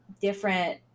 different